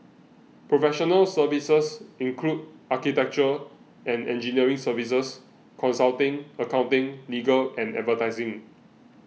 professional services include architecture and engineering services consulting accounting legal and advertising